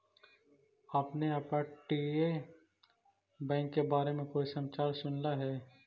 आपने अपतटीय बैंक के बारे में कोई समाचार सुनला हे